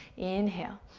inhale,